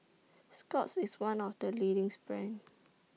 Scott's IS one of The leading brands